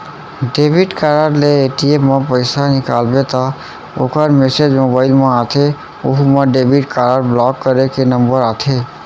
debit card ले ATM म पइसा निकालबे त ओकर मेसेज मोबाइल म आथे ओहू म डेबिट कारड ब्लाक करे के नंबर आथे